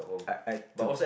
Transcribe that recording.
I I to